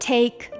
Take